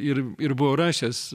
ir ir buvau rašęs